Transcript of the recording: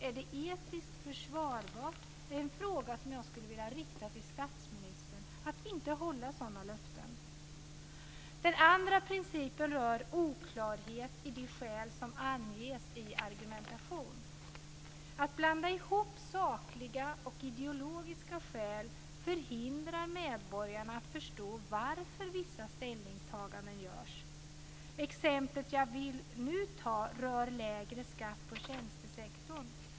En fråga som jag skulle vilja rikta till statsministern är: Är det etiskt försvarbart att inte hålla sådana löften? Den andra principen rör oklarhet i de skäl som anges i argumentation. Att blanda ihop sakliga och ideologiska skäl förhindrar medborgarna att förstå varför vissa ställningstaganden görs. Det exempel jag vill ta här rör lägre skatt på tjänstesektorn.